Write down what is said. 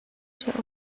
się